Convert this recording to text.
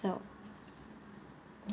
so